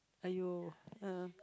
!aiyo! ah